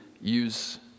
use